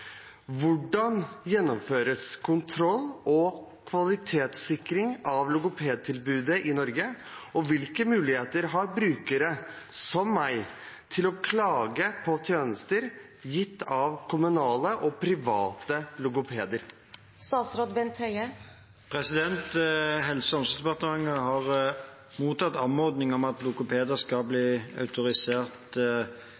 Hvordan gjennomføres kontroll og kvalitetssikring av logopedtilbudet i Norge, og hvilke muligheter har brukere til å klage på tjenester gitt av kommunale og private logopeder?» Helse- og omsorgsdepartementet har mottatt anmodning om at logopeder skal